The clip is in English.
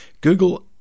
Google